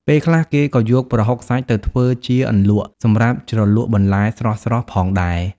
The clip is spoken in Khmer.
ពេលខ្លះគេក៏យកប្រហុកសាច់ទៅធ្វើជា អន្លក់ សម្រាប់ជ្រលក់បន្លែស្រស់ៗផងដែរ។